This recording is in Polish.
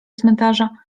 cmentarza